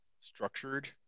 structured